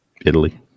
Italy